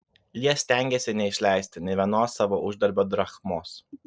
jie stengėsi neišleisti nė vienos savo uždarbio drachmos